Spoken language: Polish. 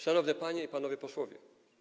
Szanowni Panie i Panowie Posłowie!